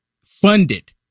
funded